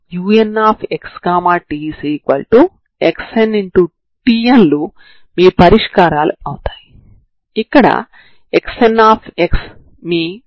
కాబట్టి దృష్ట్యా సమాకలనం 0 నుండి వరకు ఉంటుంది